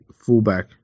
fullback